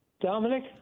Dominic